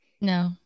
No